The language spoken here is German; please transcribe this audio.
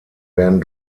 werden